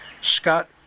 Scott